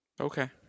Okay